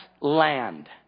land